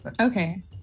Okay